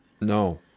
No